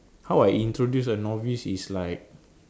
how I introduce a novice is like